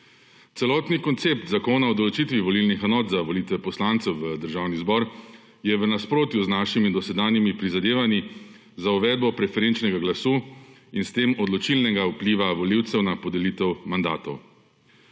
Celotni koncept zakona o določitvi volilnih enot za volitve poslancev v Državni zbor je v nasprotju z našimi dosedanjimi prizadevanji za uvedbo preferenčnega glasu in s tem odločilnega vpliva volivcev na podelitev mandatov.